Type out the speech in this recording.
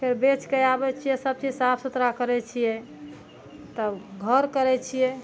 फेर बेचके आबै छियै सब चीज साफ सुथरा करै छियै तब घर करै छियै